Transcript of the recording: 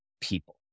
people